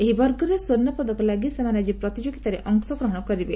ଏହି ବର୍ଗରେ ସ୍ୱର୍ଷପଦକ ଲାଗି ସେମାନେ ଆଜି ପ୍ରତିଯୋଗିତାରେ ଅଂଶଗ୍ରହଣ କରିବେ